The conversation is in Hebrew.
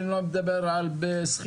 אני לא מדבר על שחייה,